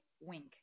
wink